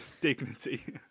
dignity